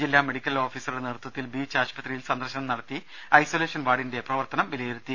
ജില്ലാമെഡിക്കൽ ഓഫിസറുടെ നേതൃത്വത്തിൽ ബീച്ച് ആശുപത്രിയിൽ സന്ദർശനം നടത്തി ഐസൊലേഷൻ വാർഡിന്റെ പ്രവർത്തനം വിലയിരുത്തി